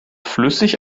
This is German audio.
flüssig